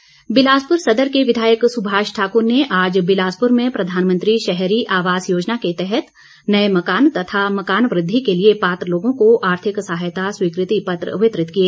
सुभाष ठाकुर बिलासपूर सदर के विधायक सुभाष ठाकर ने आज बिलासपूर में प्रधानमंत्री शहरी आवास योजना के तहत नए मकान तथा मकान वृद्धि के लिए पात्र लोगों को आर्थिक सहायता स्वीकृति पत्र वितरित किए